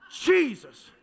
Jesus